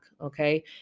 Okay